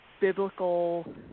biblical